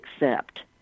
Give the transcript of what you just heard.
accept